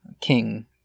king